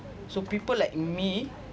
so people like me